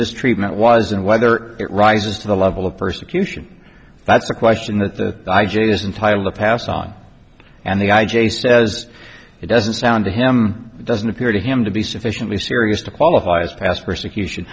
mistreatment was and whether it rises to the level of persecution that's a question that the vijay is entirely passed on and the i j a says it doesn't sound to him doesn't appear to him to be sufficiently serious to qualify as past persecution